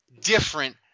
different